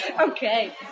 Okay